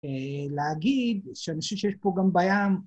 ‫להגיד שאני חושבת שיש פה גם בעיה...